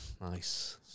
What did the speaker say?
Nice